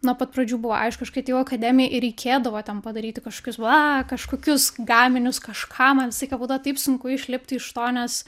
nuo pat pradžių buvo aišku aš kai atėjau akademijoj ir reikėdavo ten padaryti kažkokius va kažkokius gaminius kažką man visą aiką būdavo taip sunku išlipti iš to nes